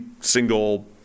single